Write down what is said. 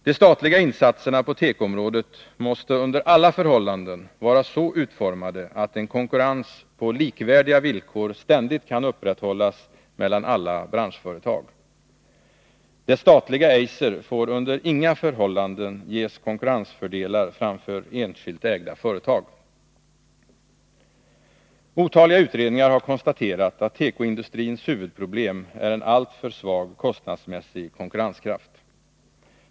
De statliga insatserna på tekoområdet måste under alla förhållanden vara så utformade att en konkurrens på likvärdiga villkor ständigt kan upprätthållas mellan alla branschföretag. Det statliga Eiser får under inga förhållanden ges konkurrensfördelar framför enskilt ägda företag. Otaliga utredningar har konstaterat att tekoindustrins huvudproblem är en alltför svag kostnadsmässig konkurrenskraft.